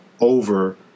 over